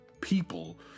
people